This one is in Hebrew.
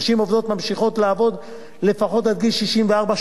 נשים ממשיכות לעבוד לפחות עד גיל 64,